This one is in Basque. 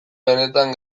benetan